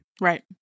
right